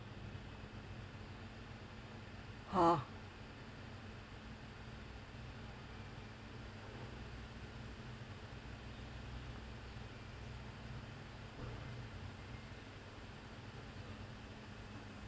!huh!